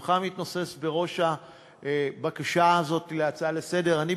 שמך מתנוסס בראש הבקשה הזאת של ההצעה לסדר-היום,